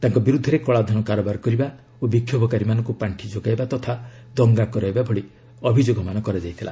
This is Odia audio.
ତାଙ୍କ ବିରୁଦ୍ଧରେ କଳାଧନ କାରବାର କରିବା ଓ ବିକ୍ଷୋଭକାରୀମାନଙ୍କୁ ପାଣ୍ଠି ଯୋଗାଇବା ତଥା ଦଙ୍ଗା କରାଇବା ଭଳି ଅଭିଯୋଗମାନ କରାଯାଇଥିଲା